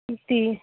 تی